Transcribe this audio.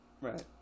Right